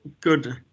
good